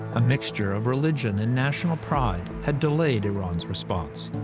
a mixture of religion and national pride had delayed iran's response.